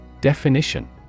Definition